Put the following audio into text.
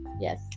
yes